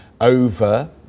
over